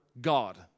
God